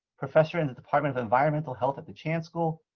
professor in the department of environmental health at the chance school,